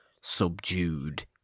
subdued